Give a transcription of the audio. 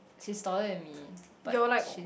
she is taller than me but she's